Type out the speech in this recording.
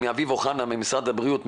מאביב אוחנה ממשרד הבריאות,